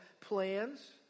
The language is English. plans